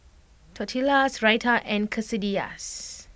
Tortillas Raita and Quesadillas